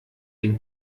den